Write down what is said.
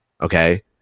okay